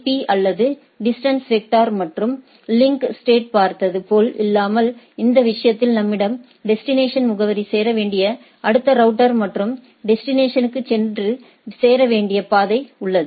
பீ அல்லது distance vector மற்றும் link ஸ்டேட்யைப் பார்த்தது போல் இல்லாமல் இந்த விஷயத்தில் நம்மிடம் டெஸ்டினேஷன் முகவரி சேர வேண்டிய அடுத்த ரவுட்டர் மற்றும் டெஸ்டினேஷனுக்கு சென்று சேர வேண்டிய பாதை உள்ளது